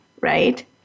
right